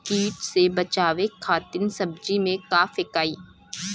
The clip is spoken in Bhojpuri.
कीट से बचावे खातिन सब्जी में का फेकाई?